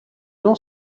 nom